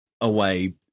away